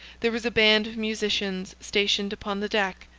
there was a band of musicians stationed upon the deck.